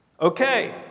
okay